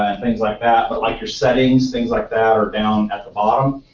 ah things like that. but like your settings, things like that, are down at the bottom